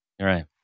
Right